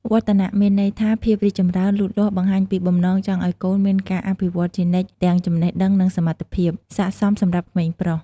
វឌ្ឍនៈ មានន័យថាភាពរីកចម្រើន លូតលាស់ បង្ហាញពីបំណងចង់ឱ្យកូនមានការអភិវឌ្ឍជានិច្ចទាំង ចំណេះដឹង និង សមត្ថភាព សាកសមសម្រាប់ក្មេងប្រុស។